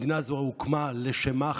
המדינה הזאת הוקמה לשם מה?